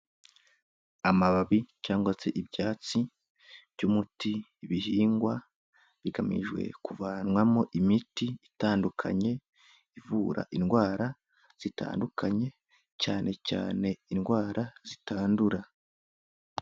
Amababi cyangwa se ibyatsi by'umuti bihingwa bigamijwe kuvanwamo imiti itandukanye, ivura indwara zitandukanye, cyane cyane indwara zitandura.